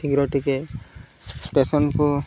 ଶୀଘ୍ର ଟିକେ ଷ୍ଟେସନକୁ